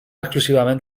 exclusivament